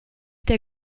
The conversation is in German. der